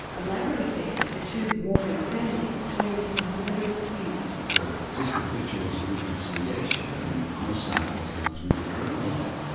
elaborate affairs for two warring families to end a murderous feud. there existed rituals of reconciliation, and homicide was not really criminalised,